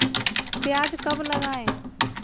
प्याज कब लगाएँ?